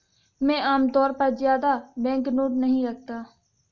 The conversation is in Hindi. मैं आमतौर पर ज्यादा बैंकनोट नहीं रखता